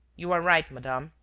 you are right, madame,